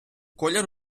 колір